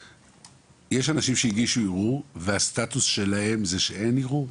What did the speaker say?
יש אנשים שהגישו ערעור והסטטוס שלהם זה שאין ערעור?